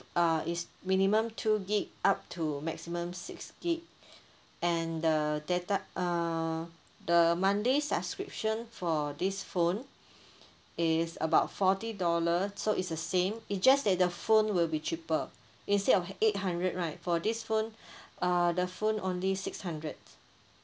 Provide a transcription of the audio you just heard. uh it's minimum two gig up to maximum six gig and the data uh the monthly subscription for this phone is about forty dollar so it's the same it just that the phone will be cheaper instead of eight hundred right for this phone uh the phone only six hundred